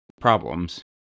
problems